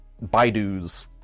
Baidus